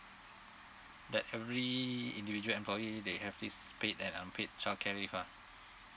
that every individual employee they have this paid and unpaid childcare leave lah